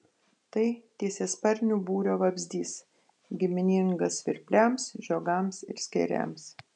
tai tiesiasparnių būrio vabzdys giminingas svirpliams žiogams ir skėriams